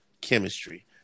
chemistry